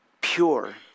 pure